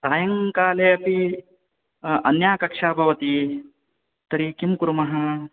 सायंकाले अपि अन्या कक्षा भवति तर्हि किं कुर्मः